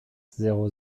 zéro